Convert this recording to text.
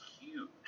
huge